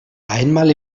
einmal